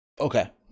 Okay